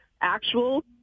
actual